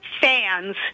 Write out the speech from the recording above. fans